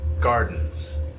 gardens